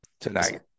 tonight